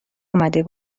آمده